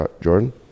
Jordan